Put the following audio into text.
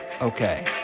Okay